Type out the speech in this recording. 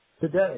today